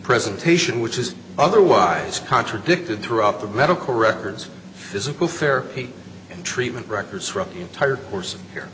presentation which is otherwise contradicted throughout the medical records physical therapy and treatment records from the entire course here